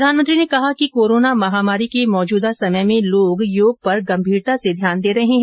प्रधानमंत्री ने कहा कि कोरोना महामारी के मौजूदा समय में लोग योग पर गंभीरता से ध्यान दे रहे हैं